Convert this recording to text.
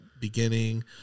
beginning